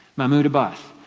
mahmud abbas.